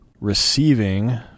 receiving